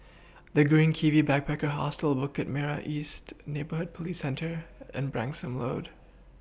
The Green Kiwi Backpacker Hostel Bukit Merah East Neighbourhood Police Centre and Branksome Road